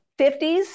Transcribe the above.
50s